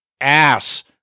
ass